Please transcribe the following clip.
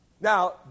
Now